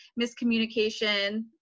miscommunication